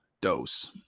dose